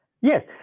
Yes